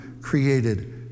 created